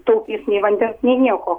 taupys nei vandens nei nieko